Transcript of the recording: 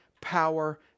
power